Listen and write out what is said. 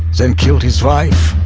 then killed his wife,